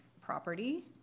property